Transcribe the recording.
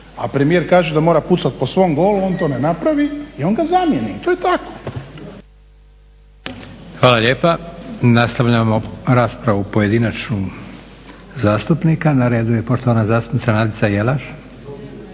a premijer kaže da mora pucati po svom golu, on to ne napravi i on ga zamijeni i to je tako.